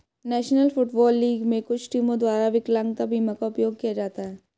national Football League में कुछ टीमों द्वारा विकलांगता बीमा का उपयोग किया जाता है